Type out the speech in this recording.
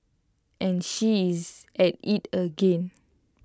and she is at IT again